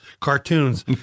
cartoons